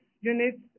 units